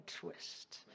twist